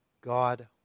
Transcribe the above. God